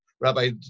Rabbi